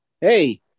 Hey